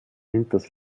hinters